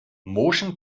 motion